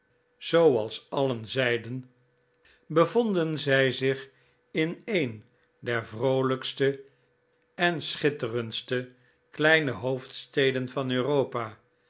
zooals alien zeiden bevonden zij zich in een der vroolijkste en schitterendste kleine hoofdsteden van europa